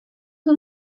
who